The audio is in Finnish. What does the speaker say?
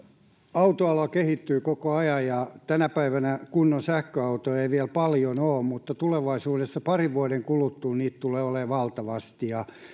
autoala kehittyy koko ajan tänä päivänä kunnon sähköautoja ei vielä paljon ole mutta tulevaisuudessa parin vuoden kuluttua niitä tulee olemaan valtavasti ja